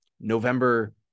November